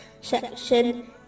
section